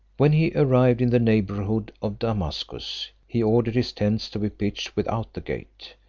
when he arrived in the neighbourhood of damascus, he ordered his tents to be pitched without the gate,